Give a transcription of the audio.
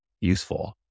useful